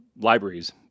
libraries